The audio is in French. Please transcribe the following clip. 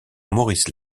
maurice